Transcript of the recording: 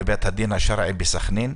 בבית הדין השרעי בסחנין.